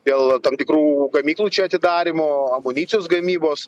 dėl tam tikrų gamyklų atidarymo amunicijos gamybos